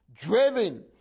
driven